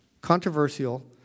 controversial